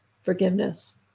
forgiveness